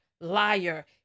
liar